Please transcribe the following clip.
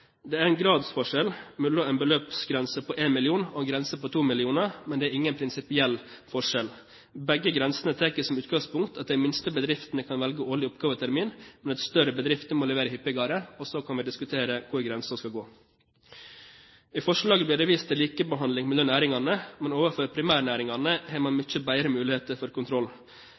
Det er en gradsforskjell mellom en beløpsgrense på 1 mill. kr og en grense på 2 mill. kr, men det er ingen prinsipiell forskjell. Begge grensene tar som utgangspunkt at de minste bedriftene kan velge årlig oppgavetermin, men at større bedrifter må levere hyppigere. Så kan vi diskutere hvor grensen skal gå. I forslaget blir det vist til likebehandling mellom næringene, men overfor primærnæringene har man mye bedre muligheter for kontroll.